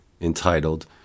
entitled